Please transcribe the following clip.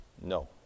no